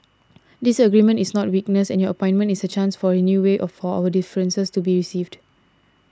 disagreement is not weakness and your appointment is a chance for a new way of for our differences to be received